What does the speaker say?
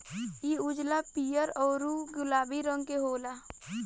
इ उजला, पीयर औरु गुलाबी रंग के होला